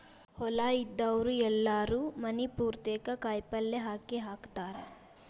ಹೊಲಾ ಇದ್ದಾವ್ರು ಎಲ್ಲಾರೂ ಮನಿ ಪುರ್ತೇಕ ಕಾಯಪಲ್ಯ ಹಾಕೇಹಾಕತಾರ